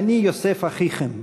"אני יוסף אחיכם"